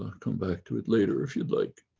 come back to it later if you'd like.